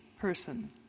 person